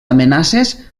amenaces